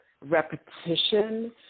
repetition